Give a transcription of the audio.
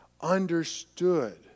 understood